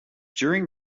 during